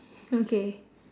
okay